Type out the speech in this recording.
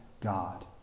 God